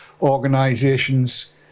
organizations